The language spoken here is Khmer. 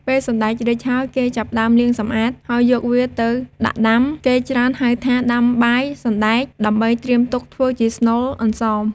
ពេលសណ្តែករីកហើយ គេចាប់ផ្តើមលាងសម្អាត ហើយយកវាទៅដាក់ដាំ គេច្រើនហៅថា ដាំបាយសណ្តែក ដើម្បីត្រៀមទុកធ្វើជាស្នូលអន្សម។